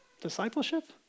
discipleship